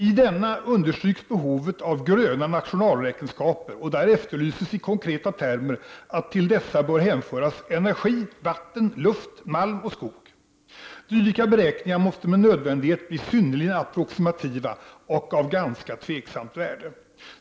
I denna understrykes behovet av ”gröna nationalräkenskaper”, och där efterlyses i konkreta termer att till dessa bör hänföras ”energi, vatten, luft, malm och skog”. Dylika beräkningar måste med nödvändighet bli synnerligen approximativa och av ganska tveksamt värde.